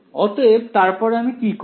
অতএব তারপর আমি কি করি